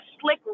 Slick